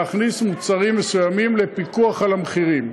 מאפשר לנו להכניס מוצרים מסוימים לפיקוח על המחירים.